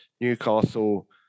Newcastle